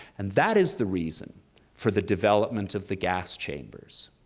and that is the reason for the development of the gas chambers,